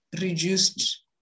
reduced